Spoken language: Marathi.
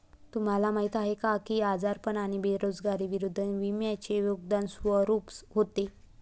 तुम्हाला माहीत आहे का की आजारपण आणि बेरोजगारी विरुद्ध विम्याचे योगदान स्वरूप होते?